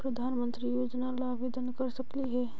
प्रधानमंत्री योजना ला आवेदन कर सकली हे?